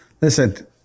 Listen